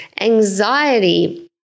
anxiety